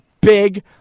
big